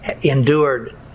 endured